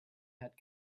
had